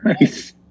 nice